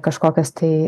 kažkokias tai